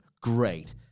great